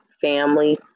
family